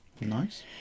Nice